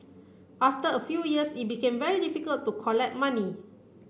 after a few years it became very difficult to collect money